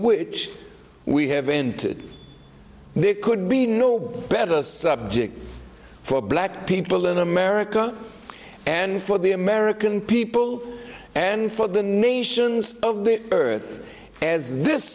which we have ended there could be no better subject for black people in america and for the american people and for the nations of the earth as this